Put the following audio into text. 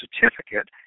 certificate